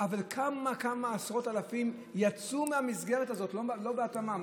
אבל כמה עשרות אלפים יצאו מהמסגרת הזו ללא התאמה.